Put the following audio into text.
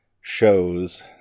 shows